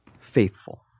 faithful